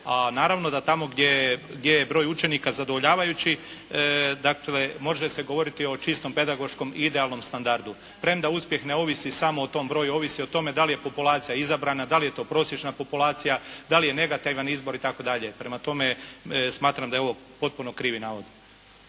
a naravno da tamo gdje je broj učenika zadovoljavajući, dakle može se govoriti o čistom pedagoškom i idealnom standardu. Premda uspjeh ne ovisi samo o tom broju. Ovisi o tome da li je populacija izabrana, da li je to prosječna populacija, da li je negativan izbor itd. Prema tome, smatram da je ovo potpuno krivi navod.